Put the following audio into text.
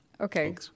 Okay